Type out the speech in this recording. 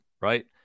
right